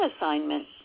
assignment